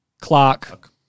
Clark